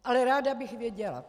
Ale ráda bych to věděla.